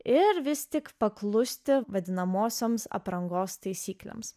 ir vis tik paklusti vadinamosioms aprangos taisyklėms